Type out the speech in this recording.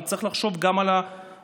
כי צריך לחשוב גם על האנשים.